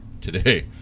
today